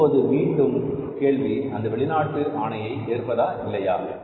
இப்போது மீண்டும் கேள்வி அந்த வெளிநாட்டு ஆணையை ஏற்பதா இல்லையா